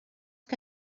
que